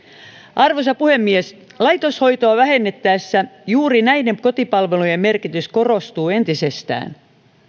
arvoisa puhemies laitoshoitoa vähennettäessä juuri näiden kotipalvelujen merkitys korostuu entisestään